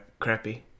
crappy